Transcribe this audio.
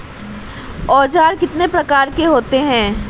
औज़ार कितने प्रकार के होते हैं?